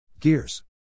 Gears